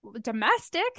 Domestic